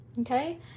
Okay